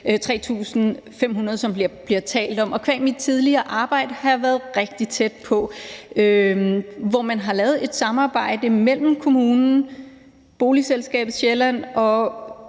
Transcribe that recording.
3.500 kr., som vi har talt om. Og qua mit tidligere arbejde har jeg været rigtig tæt på det, og man har lavet et samarbejde mellem kommunen, Boligselskabet Sjælland og